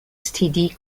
std